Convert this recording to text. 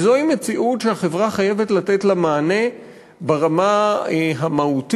וזוהי מציאות שהחברה חייבת לתת לה מענה ברמה המהותית,